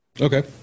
okay